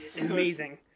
Amazing